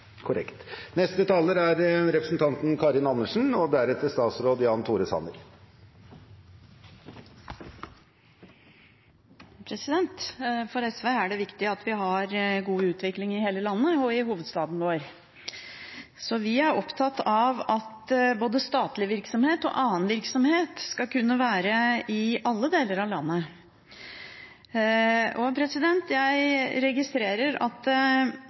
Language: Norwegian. For SV er det viktig at vi har god utvikling i hele landet og i hovedstaden vår. Vi er opptatt av at både statlig virksomhet og annen virksomhet skal kunne være i alle deler av landet. Jeg registrerer at